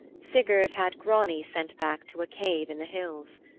sigurd had grani sent back to a cave in the hills.